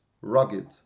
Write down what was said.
rugged